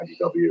idw